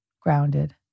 grounded